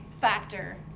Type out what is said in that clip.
factor